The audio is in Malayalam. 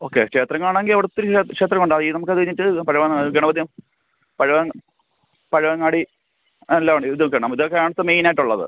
ഓക്കെ ക്ഷേത്രം കാണാമെങ്കിൽ അവിടെ ഒത്തിരി ക്ഷേത്രങ്ങളുണ്ടാവും ഈ നമുക്ക് അത് കഴിഞ്ഞിട്ട് പഴവങ്ങാടി ഗണപതിയും പഴവങ്ങാടി എല്ലാം ഉണ്ട് ഇതൊക്കെയാണ് നമ്മൾ ഇതൊക്കെയാണ് ഇപ്പോൾ മെയിന് ആയിട്ടുള്ളത്